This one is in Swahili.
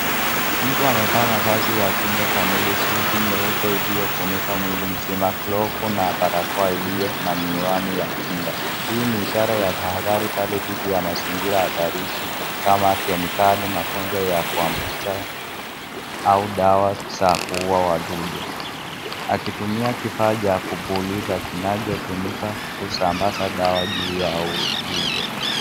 Mtu amevaa mavazi ya kinga kamili suti nyeupe iliyofunika mwili mzima glovu na barakoa iliyo na miwani ya kinga. Hii ni ishara ya tahadhari kali dhidi ya mazingira hatarishi kama kemikali, magonjwa ya kuambukiza au dawa za kuua wadudu, akitumia kifaa cha kupuliza kinachotumika kusambaza dawa juu ya uso.